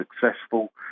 successful